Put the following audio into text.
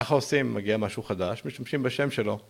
‫אנחנו עושים, מגיע משהו חדש, ‫משתמשים בשם שלו.